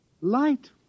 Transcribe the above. Light